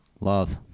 Love